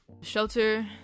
Shelter